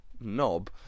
knob